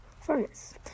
furnace